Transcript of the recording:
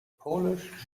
polish